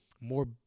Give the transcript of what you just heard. more